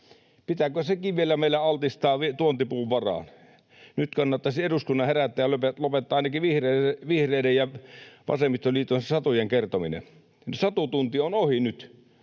Pitääkö sekin vielä altistaa meillä tuontipuun varaan? Nyt kannattaisi eduskunnan herätä ja lopettaa, ainakin vihreiden ja vasemmistoliiton, satujen kertominen. Satutunti on ohi nyt.